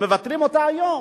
שמבטלים אותה היום,